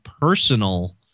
personal